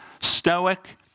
stoic